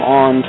on